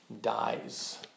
dies